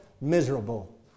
miserable